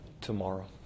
tomorrow